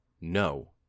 no